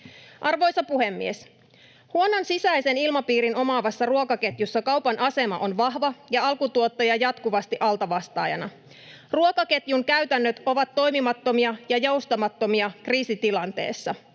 Arvoisa puhemies! Huonon sisäisen ilmapiirin omaavassa ruokaketjussa kaupan asema on vahva ja alkutuottaja jatkuvasti altavastaajana. Ruokaketjun käytännöt ovat toimimattomia ja joustamattomia kriisitilanteessa.